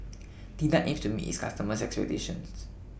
Tena aims to meet its customers' expectations